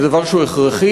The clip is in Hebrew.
זה דבר שהוא הכרחי,